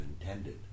intended